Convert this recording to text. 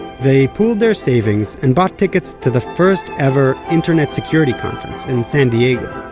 they pooled their savings and bought tickets to the first ever internet security conference in san diego.